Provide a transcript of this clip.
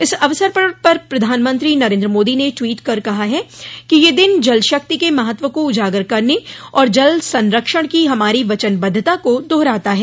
इस अवसर पर प्रधानमंत्री नरेन्द्र मोदी ने ट्वीट कर कहा है कि ये दिन जल शक्ति के महत्व को उजागर करने और जल संरक्षण की हमारी वचनबद्वता को दोहराता है